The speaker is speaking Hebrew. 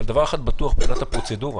אבל דבר אחד בטוח מבחינת הפרוצדורה,